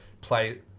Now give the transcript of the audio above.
play